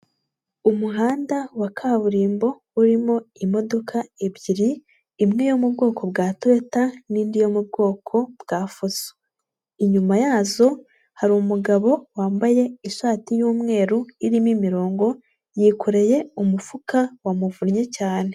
Umuhanda wa kaburimbo urimo imodoka ebyiri, imwe yo mu bwoko bwa Toyota n'indi yo mu bwoko bwa fuso, inyuma yazo hari umugabo wambaye ishati y'umweru irimo imirongo, yikoreye umufuka wamuvunnye cyane.